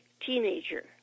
teenager